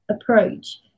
approach